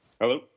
Hello